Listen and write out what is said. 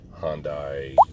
Hyundai